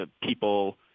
people